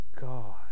God